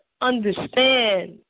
understand